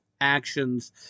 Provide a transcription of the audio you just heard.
actions